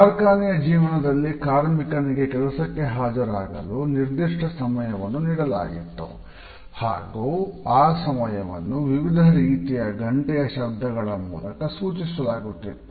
ಕಾರ್ಖಾನೆಯ ಜೀವನದಲ್ಲಿ ಕಾರ್ಮಿಕನಿಗೆ ಕೆಲಸಕ್ಕೆ ಹಾಜರಾಗಲು ನಿರ್ದಿಷ್ಟ ಸಮಯವನ್ನು ನೀಡಲಾಗಿತ್ತು ಹಾಗೂ ಆ ಸಮಯವನ್ನು ವಿವಿಧ ರೀತಿಯ ಗಂಟೆಯ ಶಬ್ದಗಳ ಮೂಲಕ ಸೂಚಿಸಲಾಗುತ್ತಿತ್ತು